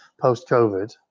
post-COVID